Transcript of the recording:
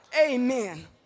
Amen